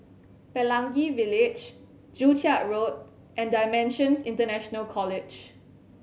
Pelangi Village Joo Chiat Road and Dimensions International College